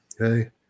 Okay